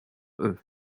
eux